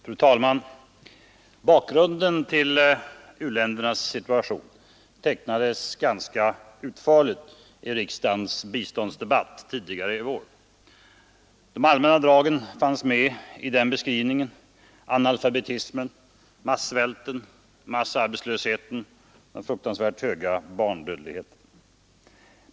Fru talman! Bakgrunden till u-ländernas situation tecknades ganska utförligt i riksdagens biståndsdebatt tidigare i vår. De allmänna dragen fanns med i den beskrivningen — analfabetismen, massvälten, massarbetslösheten, den fruktansvärt höga barnadödligheten.